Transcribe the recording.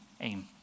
aim